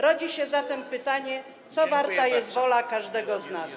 Rodzi się zatem pytanie: Co warta jest wola każdego z nas?